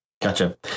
Gotcha